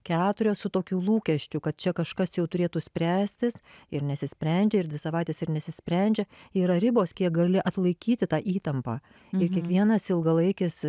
keturios su tokiu lūkesčiu kad čia kažkas jau turėtų spręstis ir nesisprendžia ir dvi savaites ir nesisprendžia yra ribos kiek gali atlaikyti tą įtampą ir kiekvienas ilgalaikis